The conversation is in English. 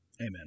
Amen